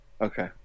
okay